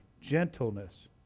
gentleness